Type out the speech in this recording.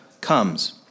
comes